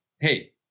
Hey